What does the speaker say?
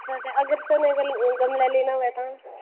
अच्छा ते अगर सनै गल गमलै लेना होऐ तां